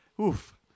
Oof